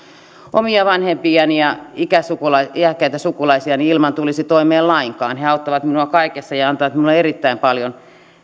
omia vanhempiani ja iäkkäitä sukulaisiani tulisi toimeen lainkaan he auttavat minua kaikessa ja antavat minulle erittäin paljon